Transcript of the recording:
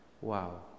Wow